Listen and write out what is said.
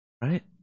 Right